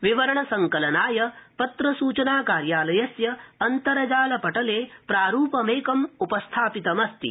विवरण संकलनाय पत्रसूचनाकार्यालयस्य अन्तर्जालपटले प्रारूपम् उपस्थापितमस्ति